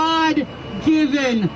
God-given